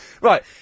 Right